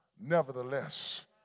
nevertheless